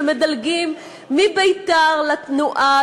שמדלגים מבית"ר לתנועה,